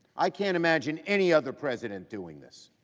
i can't imagine any other president doing this.